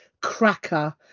cracker